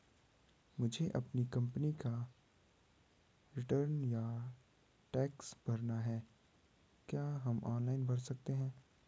मुझे अपनी कंपनी का रिटर्न या टैक्स भरना है क्या हम ऑनलाइन भर सकते हैं?